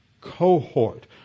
cohort